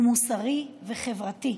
הוא מוסרי וחברתי.